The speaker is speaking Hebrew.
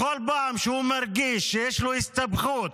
בכל פעם שהוא מרגיש שיש לו הסתבכות